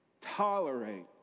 tolerate